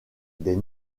des